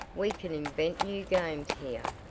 we can invent new games here.